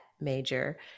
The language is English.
major